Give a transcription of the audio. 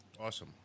Awesome